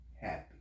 happy